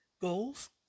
goals